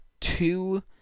two